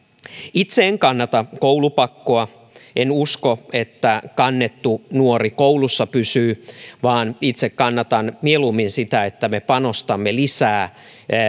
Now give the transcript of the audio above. itse en kannata koulupakkoa en usko että kannettu nuori koulussa pysyy vaan itse kannatan mielummin sitä että me panostamme lisää